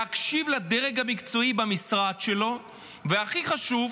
להקשיב לדרג המקצועי במשרד שלו והכי חשוב,